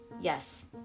yes